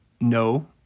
No